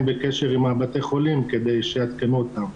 בקשר עם בתי החולים כדי שיעדכנו אותם.